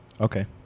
Okay